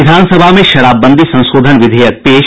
विधानसभा में शराबबंदी संशोधन विधेयक पेश